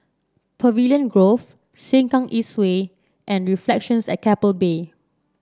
Pavilion Grove Sengkang East Way and Reflections at Keppel Bay